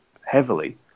heavily